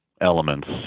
elements